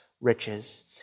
riches